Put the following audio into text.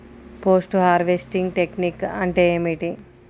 Post harvesting technique అంటే ఏమిటీ?